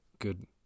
good